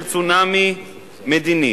של צונאמי מדיני,